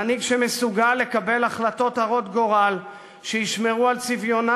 מנהיג שמסוגל לקבל החלטות הרות גורל שישמרו על צביונה